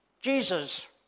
Jesus